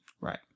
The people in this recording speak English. Right